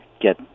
get